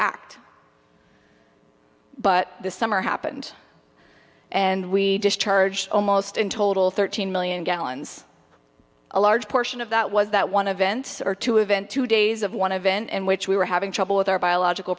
act but this summer happened and we discharged almost in total thirteen million gallons a large portion of that was that one a vent or two event two days of want to vent in which we were having trouble with our biological